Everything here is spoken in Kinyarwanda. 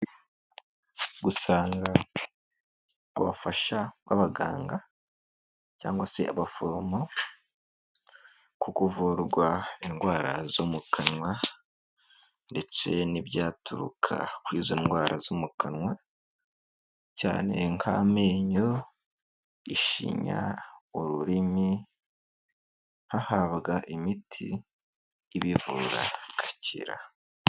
Gusanga abafasha b'abaganga cyangwa se abaforomo, kuko uvurwa indwara zo mu kanwa, ndetse n'ibyaturuka kuri izo ndwara zo mu kanwa, cyane nk'amenyo, ishinya, ururimi, hababwaga imiti ibivura bigakira.